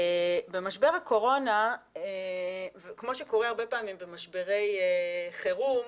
במשבר הקורונה כמו שקורה הרבה פעמים במשברי חירום,